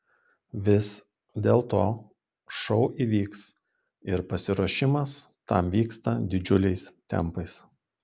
vis dėlto šou įvyks ir pasiruošimas tam vyksta didžiuliais tempais